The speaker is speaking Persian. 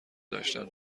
داشتم